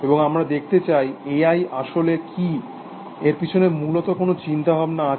এবং আমরা দেখতে চাই এআই আসলে কি এর পিছনে মূলত কোন চিন্তাভাবনা আছে